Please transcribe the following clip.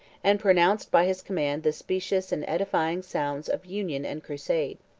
and pronounced by his command the specious and edifying sounds of union and crusade.